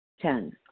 Ten